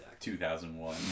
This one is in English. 2001